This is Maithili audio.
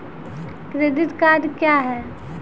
क्रेडिट कार्ड क्या हैं?